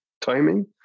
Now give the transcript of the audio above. timing